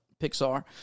Pixar